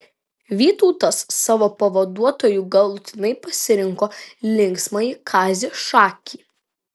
vytautas savo pavaduotoju galutinai pasirinko linksmąjį kazį šakį